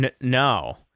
No